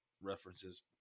references